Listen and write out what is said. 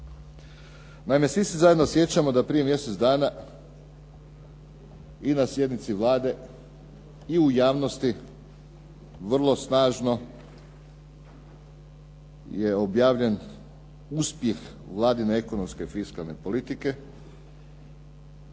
Naime, svi se zajedno sjećamo da prije mjesec dana i na sjednici Vlade i u javnosti vrlo snažno je objavljen uspjeh Vladine ekonomske fiskalne politike